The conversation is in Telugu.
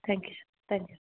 thank you sir thank you sir